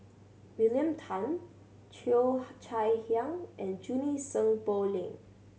William Tan Cheo Chai Hiang and Junie Sng Poh Leng